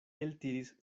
eltiris